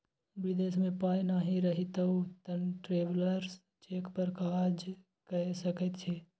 विदेश मे पाय नहि रहितौ तँ ट्रैवेलर्स चेक पर काज कए सकैत छी